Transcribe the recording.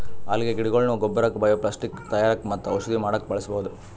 ಅಲ್ಗೆ ಗಿಡಗೊಳ್ನ ಗೊಬ್ಬರಕ್ಕ್ ಬಯೊಪ್ಲಾಸ್ಟಿಕ್ ತಯಾರಕ್ಕ್ ಮತ್ತ್ ಔಷಧಿ ಮಾಡಕ್ಕ್ ಬಳಸ್ಬಹುದ್